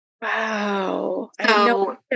Wow